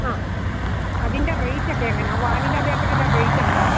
ആ അതിൻ്റെ റേറ്റൊക്കെ എങ്ങനെയാണ് വാനില ബേക്കറിയുടേ റേറ്റ് എങ്ങനെയാണ്